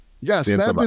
yes